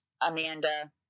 amanda